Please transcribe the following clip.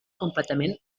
completament